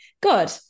good